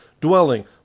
dwelling